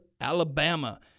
Alabama